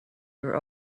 your